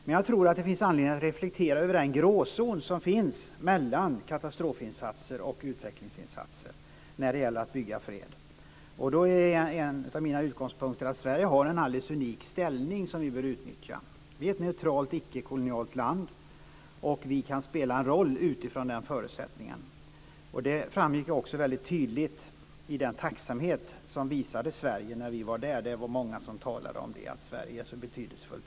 Men jag tror att det finns anledning att reflektera över den gråzon som finns mellan katastrofinsatser och utvecklingsinsatser när det gäller att bygga fred. En av mina utgångspunkter är att Sverige har en unik ställning som vi bör utnyttja. Vi är ett neutralt ickekolonialt land, och vi kan spela en roll utifrån den förutsättningen. Det framgick också tydligt i den tacksamhet som visades Sverige när vi var där. Det var många som talade om att Sverige är så betydelsefullt.